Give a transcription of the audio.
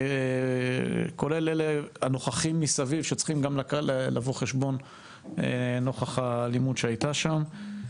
כולל אלה הנוכחים מסביב שצריכים לבוא חשבון נוכח האלימות שהייתה שם.